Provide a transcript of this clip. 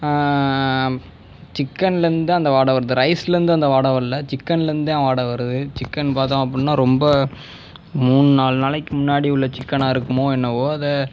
சிக்கன்லருந்துதான் அந்த வாடை வருது ரைஸ்லருந்து அந்த வாடை வரல்ல சிக்கன்லருந்துதான் வாடை வருது சிக்கன் பார்த்தோம் அப்படின்னா ரொம்ப மூணு நாலு நாளைக்கு முன்னாடி உள்ள சிக்கனாக இருக்குமோ என்னவோ அதை